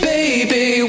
Baby